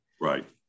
Right